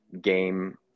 game